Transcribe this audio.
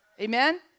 Amen